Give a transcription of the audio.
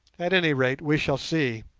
at any rate we shall see.